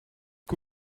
que